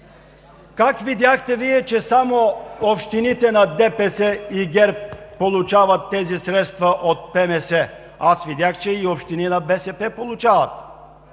Как видяхте Вие, че само общините на ДПС и ГЕРБ получават тези средства от ПМС? Аз видях, че и общини на БСП получават.